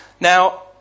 Now